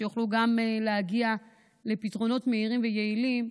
כך שיוכלו להגיע לפתרונות מהירים ויעילים,